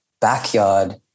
backyard